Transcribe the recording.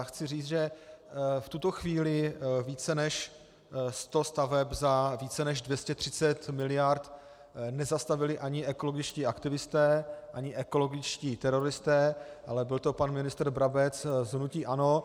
Chci říct, že v tuto chvíli více než sto staveb za více než 230 miliard nezastavili ani ekologičtí aktivisté, ani ekologičtí teroristé, ale byl to pan ministr Brabec z hnutí ANO.